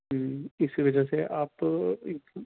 اِسی وجہ سے آپ